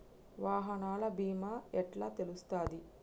వాహనాల బీమా ఎట్ల తెలుస్తది?